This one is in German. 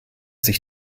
sich